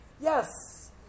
yes